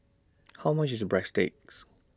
How much IS Breadsticks